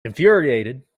infuriated